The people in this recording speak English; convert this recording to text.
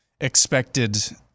expected